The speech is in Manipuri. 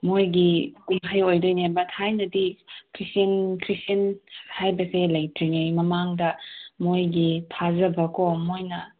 ꯃꯣꯏꯒꯤ ꯀꯨꯝꯍꯩ ꯑꯣꯏꯗꯣꯏꯅꯦꯕ ꯊꯥꯏꯅꯗꯤ ꯈ꯭ꯔꯤꯁꯇꯦꯟ ꯈ꯭ꯔꯤꯁꯇꯦꯟ ꯍꯥꯏꯕꯁꯦ ꯂꯩꯇ꯭ꯔꯤꯉꯩ ꯃꯃꯥꯡꯗ ꯃꯣꯏꯒꯤ ꯊꯥꯖꯕꯀꯣ ꯃꯣꯏꯅ